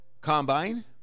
Combine